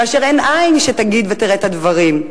כאשר אין עין שתראה את הדברים ותגיד.